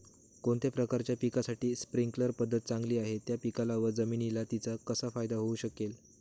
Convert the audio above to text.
कोणत्या प्रकारच्या पिकासाठी स्प्रिंकल पद्धत चांगली आहे? त्या पिकाला व जमिनीला तिचा कसा फायदा होऊ शकेल?